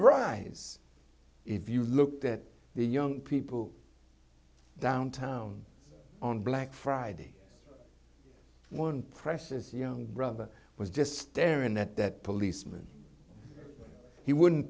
rise if you looked at the young people downtown on black friday one precious young brother was just staring at that policeman he wouldn't